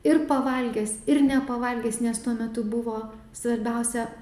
ir pavalgęs ir nepavalgys nes tuo metu buvo svarbiausia